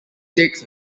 takes